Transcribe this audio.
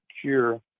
cure